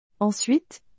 Ensuite